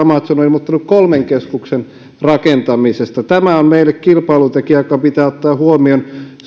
ja amazon on ilmoittanut kolmen keskuksen rakentamisesta tämä on meille kilpailutekijä joka pitää ottaa huomioon